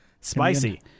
Spicy